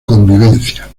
convivencia